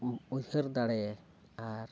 ᱩᱭᱦᱟᱹᱨ ᱫᱟᱲᱮ ᱟᱨ